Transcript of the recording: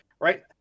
right